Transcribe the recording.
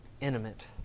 intimate